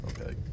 Okay